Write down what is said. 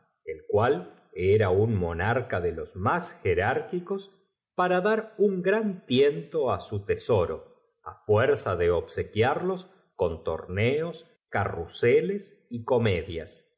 el cual era un i'onarca que lo anunciasen á la reina y acercánde los más jerárquicos para dar un gran dose é ella le dijo con el tono mimoso tiento á su tesoro a fuerza de obsequiar que empleaba siempre que quería hacer los con torneos carr seles y comedias